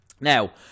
Now